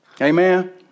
Amen